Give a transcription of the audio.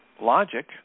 logic